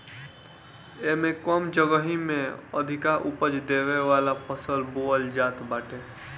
एमे कम जगही में अधिका उपज देवे वाला फसल बोअल जात बाटे